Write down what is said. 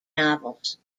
novels